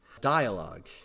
Dialogue